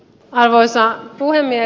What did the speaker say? arvoisa puhemies